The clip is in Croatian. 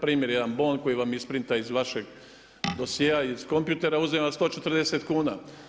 Primjer jedan bon koji vam isprinta iz vašeg dosjea, iz kompjutera uzima 140 kuna.